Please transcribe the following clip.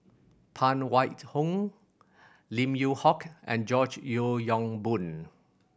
Phan Wait Hong Lim Yew Hock and George Yeo Yong Boon